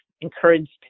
encouraged